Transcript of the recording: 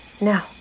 Now